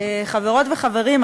חברות וחברים,